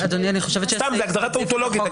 זאת הגדרה טאוטולוגית.